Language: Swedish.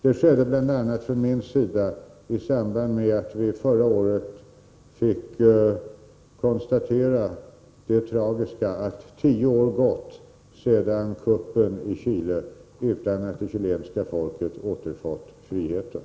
Från min sida skedde det bl.a. i samband med att vi förra året fick konstatera det tragiska att tio år gått sedan kuppen i Chile ägde rum, utan att det chilenska folket återfått friheten.